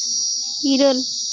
ᱤᱨᱟᱹᱞ